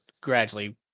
gradually